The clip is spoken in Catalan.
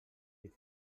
dic